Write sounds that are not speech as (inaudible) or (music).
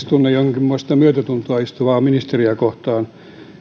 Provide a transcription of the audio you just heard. (unintelligible) tunnen jonkinmoista myötätuntoa istuvaa ministeriä kohtaan